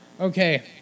Okay